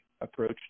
approach